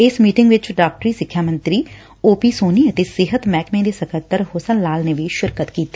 ਇਸ ਮੀਟਿੰਗ ਵਿਚ ਡਾਕਟਰੀ ਸਿੱਖਿਆ ਮੰਤਰੀ ਓ ਪੀ ਸੋਨੀ ਅਤੇ ਸਿਹਤ ਮਹਿਕਮੇ ਦੇ ਸਕੱਤਰ ਹੁਸਨ ਲਾਲ ਨੇ ਵੀ ਸ਼ਿਰਕਤ ਕੀਤੀ